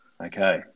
Okay